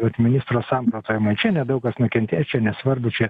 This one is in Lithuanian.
vat ministro samprotavimai čia nedaug kas nukentės čia nesvarbu čia